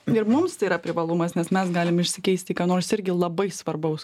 ir mums tai yra privalumas nes mes galim išsikeist į ką nors irgi labai svarbaus